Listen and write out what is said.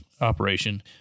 operation